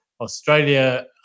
Australia